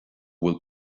bhfuil